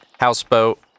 Houseboat